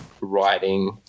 writing